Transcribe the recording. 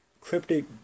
Cryptic